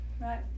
right